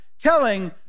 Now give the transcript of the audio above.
telling